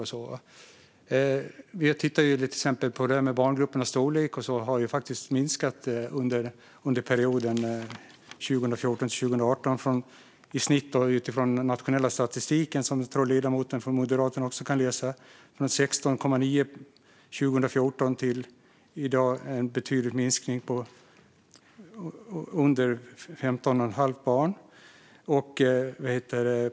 Om vi till exempel tittar på barngruppernas storlek har den nämligen enligt den nationella statistiken, som jag tror att ledamoten från Moderaterna också kan läsa, faktiskt minskat under perioden 2014-2018 från i snitt 16,9 barn 2014 till under 15,5 i dag. Det är en betydande minskning.